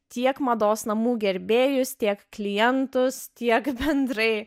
tiek mados namų gerbėjus tiek klientus tiek bendrai